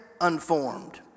unformed